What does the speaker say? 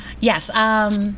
Yes